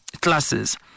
classes